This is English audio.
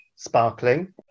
sparkling